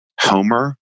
Homer